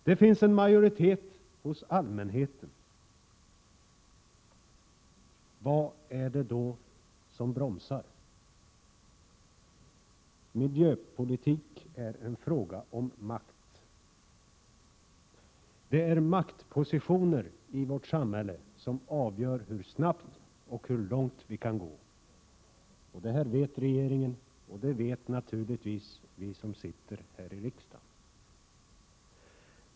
Det finns också en majoritet hos allmänheten. Vad är det då som bromsar? Miljöpolitik är en fråga om makt. Det är maktpositioner i samhället som avgör hur snabbt och hur långt man kan gå. Det här vet regeringen, och det vet naturligtvis vi som sitter i riksdagen.